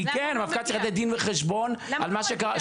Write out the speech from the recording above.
כי המפכ"ל צריך לתת דין וחשבון --- למה הוא לא מגיע?